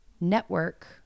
network